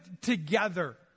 together